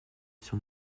sur